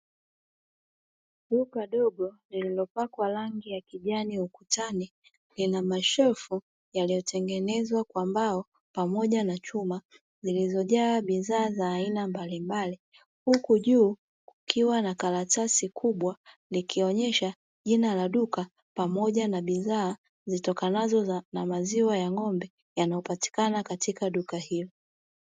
Duka dogo lililopakwa rangi ya kijani ukutani ina mashelfu yaliyotengenezwa kwa mbao pamoja na chuma zilizojaa bidhaa za aina mbalimbali huku juu kukiwa na karatasi kubwa likionyesha jina la duka pamoja na bidhaa zitokanazo na maziwa ya ng'ombe yanayopatikana katika duka hilo.